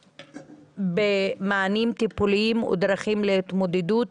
אנחנו בדיון בנושא מענים טיפוליים ודרכים להתמודדות